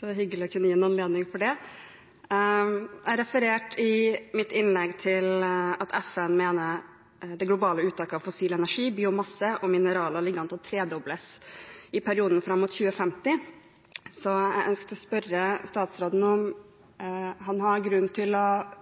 det er hyggelig å kunne gi en anledning til det. Jeg refererte i mitt innlegg til at FN mener at det globale uttaket av fossil energi, biomasse og mineraler ligger an til å tredobles i perioden fram mot 2050. Jeg har derfor lyst til å spørre statsråden om